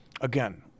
Again